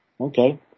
Okay